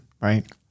right